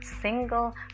single